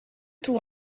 tout